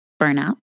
burnout